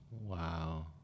Wow